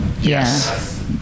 Yes